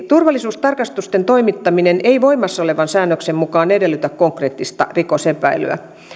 turvallisuustarkastusten toimittaminen ei voimassa olevan säännöksen mukaan edellytä konkreettista rikosepäilyä